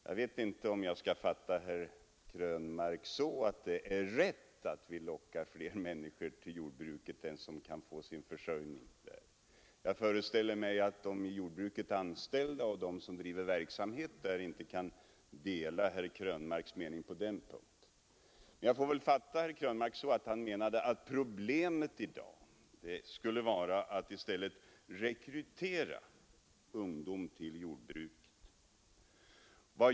Jag vet inte om jag skall fatta herr Krönmark så, att det är rätt att vi lockar fler människor till jordbruket än som kan få sin försörjning där. Jag föreställer mig att de som är anställda i jordbruket och de som driver verksamhet där inte kan dela herr Krönmarks mening på den punkten. Jag får väl fatta herr Krönmark så att han menar att problemet i dag skulle vara att i stället rekrytera ungdom till jordbruket.